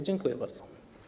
Dziękuję bardzo.